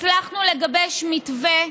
הצלחנו לגבש מתווה,